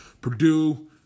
Purdue